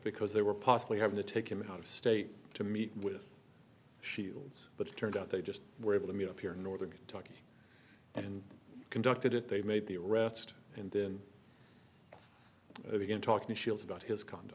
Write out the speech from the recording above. because they were possibly having to take him out of state to meet with shields but it turned out they just were able to meet up here in northern kentucky and conducted it they made the arrest and then begin talking about his cond